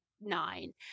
nine